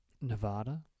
Nevada